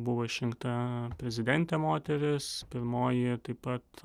buvo išrinkta prezidentė moteris pirmoji taip pat